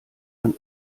ein